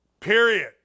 Period